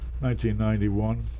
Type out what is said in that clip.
1991